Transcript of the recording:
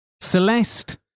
Celeste